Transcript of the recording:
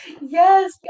Yes